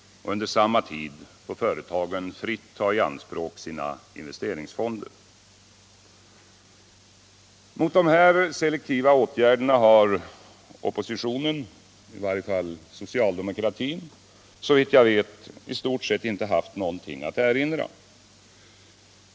Under samma tid får företagen fritt ta i anspråk sina investeringsfonder. Mot dessa selektiva åtgärder har oppositionen — i varje fall socialdemokratin — såvitt jag vet, i stort sett inte haft något att erinra.